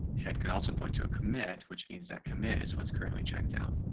head could also point to a commit, which means that committed what's currently checked out.